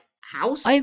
house